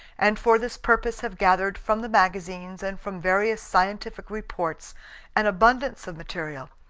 and for this purpose have gathered from the magazines and from various scientific reports an abundance of material.